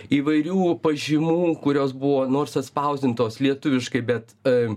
įvairių pažymų kurios buvo nors atspausdintos lietuviškai bet